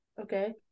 Okay